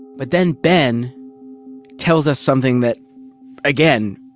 but then ben tells us something that again,